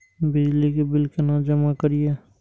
बिजली के बिल केना जमा करिए?